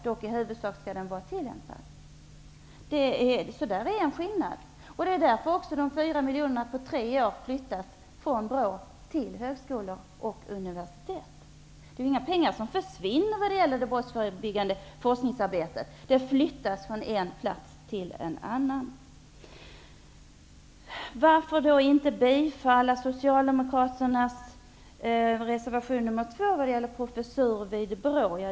Forskningen skall dock i huvudsak vara tillämpad. Det är en skillnad. Det är därför de 4 miljoner kronorna på tre år flyttas från BRÅ till högskolor och universitet. Det är inga pengar som försvinner när det gäller det brottsförebyggande forskningsarbetet. De flyttas från en plats till en annan. Varför vill vi då inte bifalla Socialdemokraternas reservation nr 2 när det gäller professur vid BRÅ?